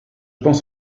pense